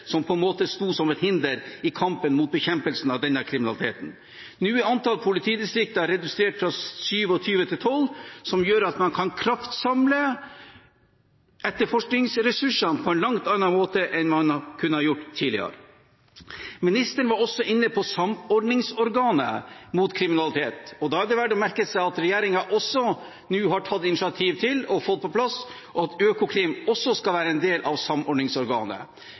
som på en måte sto som et hinder i kampen mot denne kriminaliteten. Nå er antall politidistrikter redusert fra 27 til 12, som gjør at man kan kraftsamle etterforskningsressursene på en helt annen måte enn man har kunnet gjøre tidligere. Ministeren var også inne på Samordningsorganet mot kriminalitet. Da er det verdt å merke seg at regjeringen nå har tatt initiativ til – og fått på plass – at Økokrim også skal være en del av Samordningsorganet.